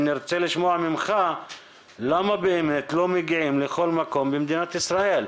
נרצה לשמוע ממך למה באמת לא מגיעים לכל מקום במדינת ישראל,